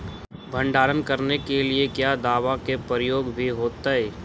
भंडारन करने के लिय क्या दाबा के प्रयोग भी होयतय?